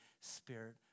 Spirit